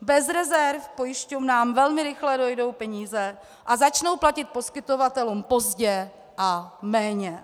Bez rezerv pojišťovnám velmi rychle dojdou peníze a začnou platit poskytovatelům pozdě a méně.